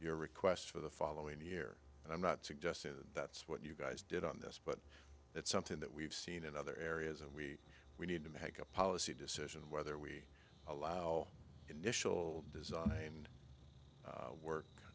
your request for the following year and i'm not suggesting that's what you guys did on this but it's something that we've seen in other areas and we we need to make a policy decision whether we allow initial design